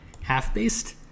half-based